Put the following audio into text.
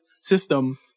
system